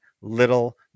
little